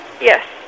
Yes